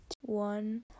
one